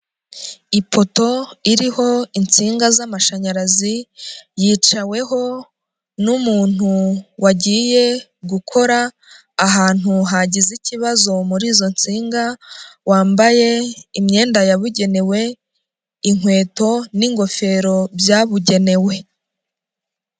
Ipoto iriho insinga z'amashanyarazi, yicaweho n'umuntu wagiye gukora ahantu hagize ikibazo muri izo nsinga, wambaye imyenda yabugenewe, inkweto n'gofero byabugenewe.